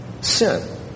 Sin